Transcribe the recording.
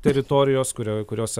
teritorijos kurio kuriose